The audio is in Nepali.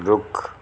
रूख